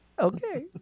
Okay